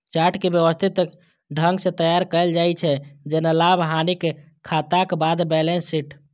chart कें व्यवस्थित ढंग सं तैयार कैल जाइ छै, जेना लाभ, हानिक खाताक बाद बैलेंस शीट